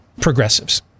progressives